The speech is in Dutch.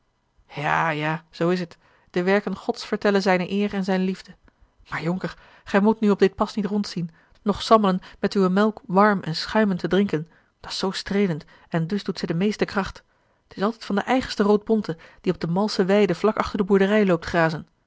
ja ja zoo is het de werken gods vertellen zijne eer en zijne liefde maar jonker gij moet nu op dit pas niet rondzien noch sammelen met uwe melk warm en schuimend te drinken dat's zoo streelend en dùs doet zij de meeste kracht a l g bosboom-toussaint de delftsche wonderdokter eel t s altijd van de eigenste roodbonte die op de malsche weide vlak achter de boerderij loopt grazen